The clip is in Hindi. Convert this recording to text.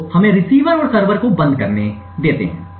तो हमें रिसीवर और सर्वर को बंद करने दें